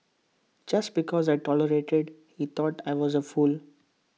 just because I tolerated he thought I was A fool